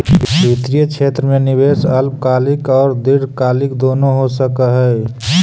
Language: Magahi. वित्तीय क्षेत्र में निवेश अल्पकालिक औउर दीर्घकालिक दुनो हो सकऽ हई